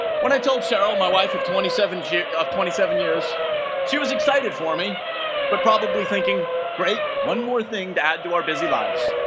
when i told cheryl my wife of twenty seven gee twenty seven years she was excited for me but probably thinking great one more thing to add to our busy lives